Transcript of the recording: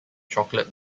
chocolate